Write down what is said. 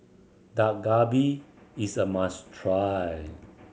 Dak Galbi is a must try